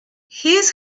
his